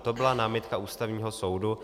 To byla námitka Ústavního soudu.